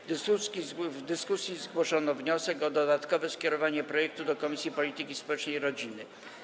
W dyskusji zgłoszono wniosek o dodatkowe skierowanie projektu do Komisji Polityki Społecznej i Rodziny.